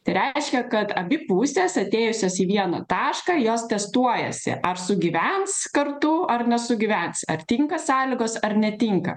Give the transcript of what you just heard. tai reiškia kad abi pusės atėjusios į vieną tašką jos testuojasi ar sugyvens kartu ar nesugyvens ar tinka sąlygos ar netinka